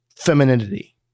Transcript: Femininity